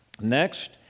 Next